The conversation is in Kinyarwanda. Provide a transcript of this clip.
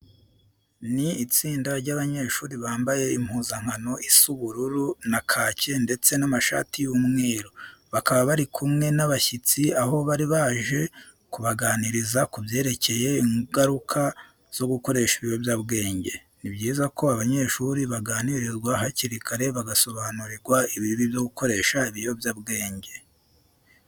Ni itsinda ry'abanyeshuri bambaye impuzankano isa ubururu na kake ndetse n'amashati y'umweru. Bakaba bari kumwe n'abashyitsi, aho bari baje kubaganiriza ku byerekeye ingaruka zo gukoresha ibiyobyabwenge. Ni byiza ko abanyeshuri baganirizwa hakiri kare, bagasobanurirwa ibibi byo gukoresha ibiyobyabwenge.